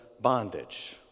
bondage